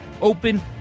open